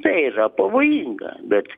tai yra pavojinga bet